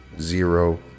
zero